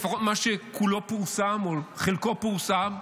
לפחות מה שפורסם כולו או פורסם חלקו.